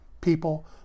People